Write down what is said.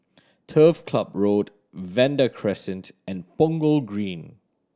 Turf Club Road Vanda Crescent and Punggol Green